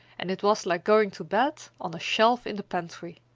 and it was like going to bed on a shelf in the pantry.